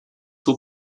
will